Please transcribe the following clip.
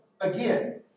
again